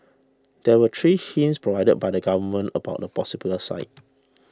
there were three hints provided by the government about the possible site